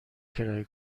کرایه